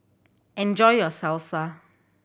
enjoy your Salsa